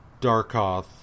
Darkoth